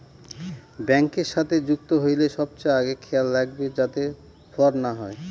ব্যাঙ্কের সাথে যুক্ত হইলে সবচেয়ে আগে খেয়াল রাখবে যাতে ফ্রড না হয়